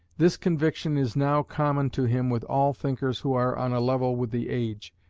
this conviction is now common to him with all thinkers who are on a level with the age,